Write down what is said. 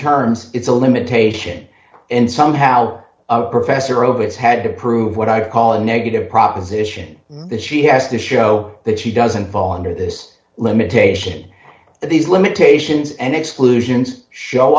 terms it's a limitation and somehow a professor of his had to prove what i call a negative proposition that she has to show that she doesn't fall under this limitation that these limitations and exclusions show